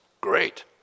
Great